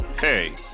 hey